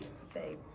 say